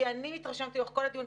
כי אני התרשמתי לאורך כל הדיון,